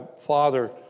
father